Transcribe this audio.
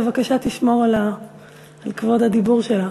בבקשה תשמור על כבוד הדיבור שלה.